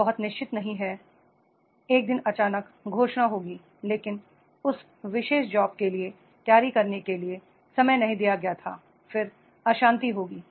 वे बहुत निश्चित नहीं हैं एक दिन अचानक घोषणा होगी लेकिन उस विशेष जॉब के लिए तैयारी करने के लिए समय नहीं दिया गया था फिर अशांति होगी